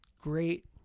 great